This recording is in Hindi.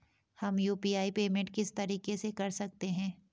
हम यु.पी.आई पेमेंट किस तरीके से कर सकते हैं?